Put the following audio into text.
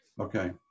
Okay